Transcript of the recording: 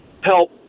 help